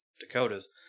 Dakotas